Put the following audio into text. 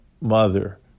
mother